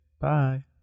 bye